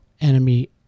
enemy